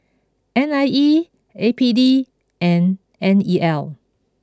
N I E A P D and N E L